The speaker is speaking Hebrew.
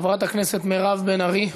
חברת הכנסת מירב בן ארי,